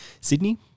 Sydney